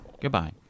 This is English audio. Goodbye